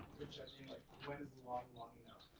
when judging like when is long, long enough?